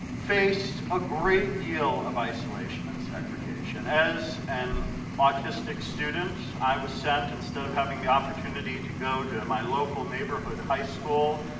faced a great deal of isolation and segregation. as an autistic student i was sent, instead of having the opportunity to go to and my local neighborhood high school,